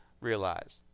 realize